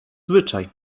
zwyczaj